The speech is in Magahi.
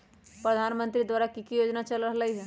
प्रधानमंत्री द्वारा की की योजना चल रहलई ह?